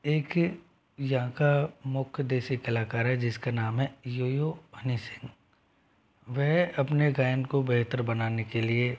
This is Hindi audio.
एक यहाँ का मुख्य देशी कलाकार है जिसका नाम है यो यो हनी सिंह वह अपने गायन को बेहतर बनाने के लिए